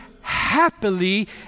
happily